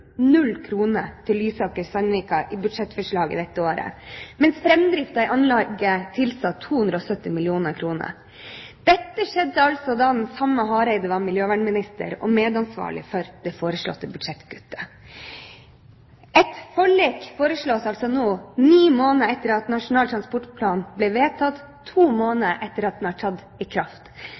null kroner til Lysaker–Sandvika i budsjettforslaget dette året, mens framdriften i anlegget tilsa 270 mill. kr. Dette skjedde altså da den samme Hareide var miljøvernminister og medansvarlig for det foreslåtte budsjettkuttet. Et forlik foreslås altså nå – ni måneder etter at Nasjonal transportplan ble vedtatt, og to måneder etter at den er trådt i kraft.